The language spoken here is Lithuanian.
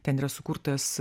ten yra sukurtas